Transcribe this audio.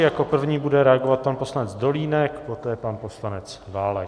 Jako první bude reagovat pan poslanec Dolínek, poté pan poslanec Válek.